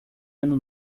ano